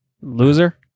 Loser